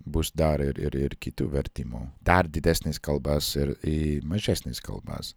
bus dar ir ir ir kitų vertimų dar didesnes kalbas ir į mažesnes kalbas